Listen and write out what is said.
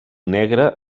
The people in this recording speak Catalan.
negra